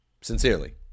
Sincerely